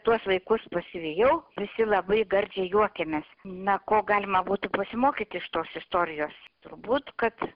tuos vaikus pasivijau visi labai garsiai juokėmės na ko galima būtų pasimokyti iš tos istorijos turbūt kad